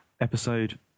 Episode